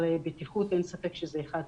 אבל בטיחות אין ספק שזה אחד ההיבטים.